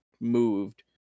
moved